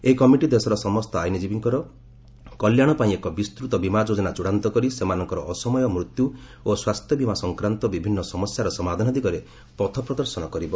ଏହି କମିଟି ଦେଶର ସମସ୍ତ ଆଇନ୍ଜୀବୀଙ୍କର କଲ୍ୟାଣ ପାଇଁ ଏକ ବିସ୍ତୃତ ବୀମା ଯୋଜନା ଚୂଡ଼ାନ୍ତ କରି ସେମାନଙ୍କର ଅସମୟ ମୃତ୍ୟୁ ଓ ସ୍ୱାସ୍ଥ୍ୟବୀମା ସଂକ୍ରାନ୍ତ ବିଭିନ୍ନ ସମସ୍ୟାର ସମାଧାନ ଦିଗରେ ପଥପ୍ରଦର୍ଶନ କରିବ